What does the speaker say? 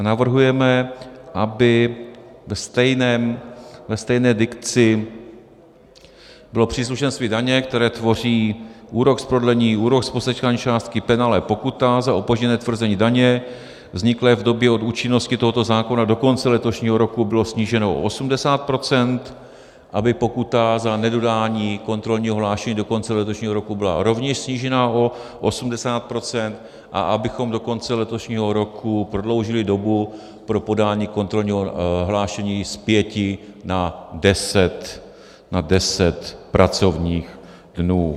Navrhujeme, aby ve stejné dikci bylo příslušenství daně, které tvoří úrok z prodlení, úrok z posečkané částky, penále, pokuta za opožděné tvrzení daně vzniklé v době od účinnosti tohoto zákona do konce letošního roku, bylo sníženo o 80 %, aby pokuta za nedodání kontrolního hlášení do konce letošního roku byla rovněž snížena o 80 % a abychom do konce letošního roku prodloužili dobu pro podání kontrolního hlášení z pěti na deset pracovních dnů.